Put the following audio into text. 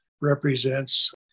represents